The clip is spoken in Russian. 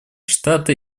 штаты